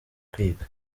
kwiga